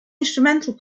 instrumental